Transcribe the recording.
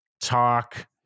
talk